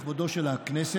לכבודה של הכנסת